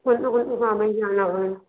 कोणते कोणते सामान लागणार